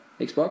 Xbox